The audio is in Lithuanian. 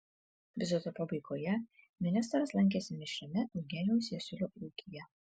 vizito pabaigoje ministras lankėsi mišriame eugenijaus jasiulio ūkyje